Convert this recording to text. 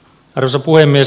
arvoisa puhemies